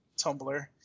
tumblr